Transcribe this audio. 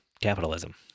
capitalism